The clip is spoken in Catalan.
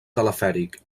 telefèric